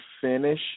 finish